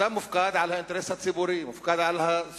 אתה מופקד על האינטרס הציבורי,